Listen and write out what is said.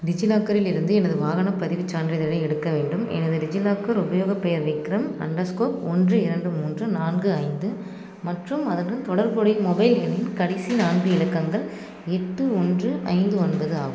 டிஜிலாக்கரில் இருந்து எனது வாகனப் பதிவுச் சான்றிதழை எடுக்க வேண்டும் எனது டிஜிலாக்கர் உபயோகப் பெயர் விக்ரம் அண்டர் ஸ்கோர் ஒன்று இரண்டு மூன்று நான்கு ஐந்து மற்றும் அதனுடன் தொடர்புடைய மொபைல் எண்ணின் கடைசி நான்கு இலக்கங்கள் எட்டு ஒன்று ஐந்து ஒன்பது ஆகும்